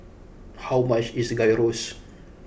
how much is Gyros